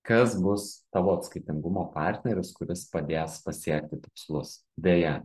kas bus tavo atskaitingumo partneris kuris padės pasiekti tikslus deja